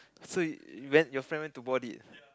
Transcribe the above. so you went your friend to bought it